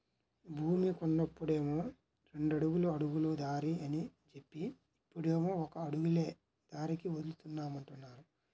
భూమి కొన్నప్పుడేమో రెండడుగుల అడుగుల దారి అని జెప్పి, ఇప్పుడేమో ఒక అడుగులే దారికి వదులుతామంటున్నారు